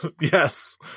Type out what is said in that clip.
Yes